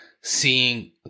seeing